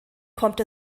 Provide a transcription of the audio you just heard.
kommt